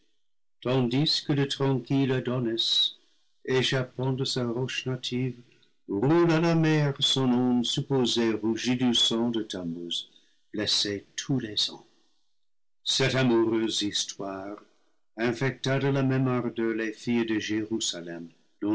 tandis que le tranquille adonis échappant de sa roche native roule à la mer son onde supposée rougie du sang de thammuz blessé tous les ans cette amoureuse histoire infecta de la même ardeur les filles de jérusalem